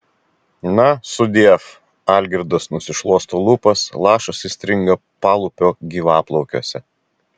na sudiev algirdas nusišluosto lūpas lašas įstringa palūpio gyvaplaukiuose